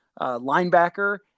linebacker